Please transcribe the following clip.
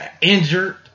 injured